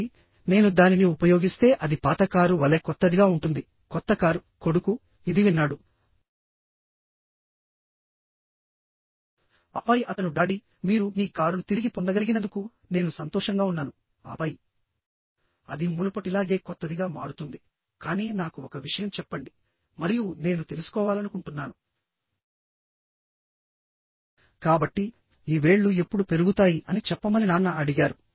కాబట్టి నేను దానిని ఉపయోగిస్తే అది పాత కారు వలె కొత్తదిగా ఉంటుంది కొత్త కారు కొడుకు ఇది విన్నాడుఆపై అతను డాడీమీరు మీ కారును తిరిగి పొందగలిగినందుకు నేను సంతోషంగా ఉన్నాను ఆపై అది మునుపటిలాగే కొత్తదిగా మారుతుందికానీ నాకు ఒక విషయం చెప్పండి మరియు నేను తెలుసుకోవాలనుకుంటున్నాను కాబట్టి ఈ వేళ్లు ఎప్పుడు పెరుగుతాయి అని చెప్పమని నాన్న అడిగారు